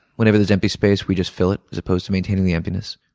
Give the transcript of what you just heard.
whenever there's empty space, we just fill it as opposed to maintaining the emptiness.